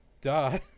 Duh